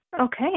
Okay